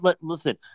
listen